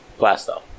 Plasto